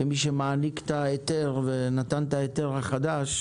כמי שמעניק את ההיתר ונתן את ההיתר החדש,